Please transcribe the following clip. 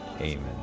Amen